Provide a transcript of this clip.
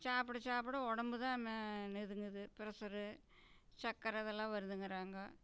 சாப்பிட சாப்பிட உடம்புதான் ம இதுங்குது ப்ரஷரு சக்கரை இதெல்லாம் வருதுங்குறாங்கோ